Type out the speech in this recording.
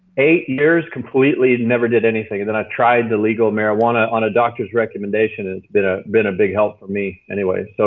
eight years completely, never did anything. and then i tried the legal marijuana on a doctor's recommendation and it's but ah been a big help for me anyways. so